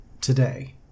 today